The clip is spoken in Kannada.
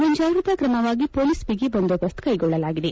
ಮುಂಜಾಗ್ರತಾ ತ್ರಮವಾಗಿ ಪೋಲಿಸ್ ಬಿಗಿ ಬಂದೋಬಸ್ತ್ ಕೈಗೊಳ್ಳಲಾಗಿದೆ